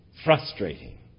Frustrating